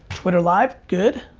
twitter live, good.